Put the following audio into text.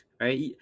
right